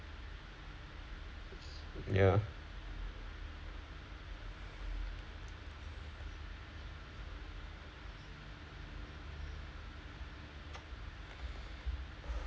ya